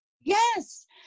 yes